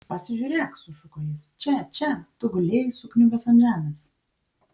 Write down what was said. pasižiūrėk sušuko jis čia čia tu gulėjai sukniubęs ant žemės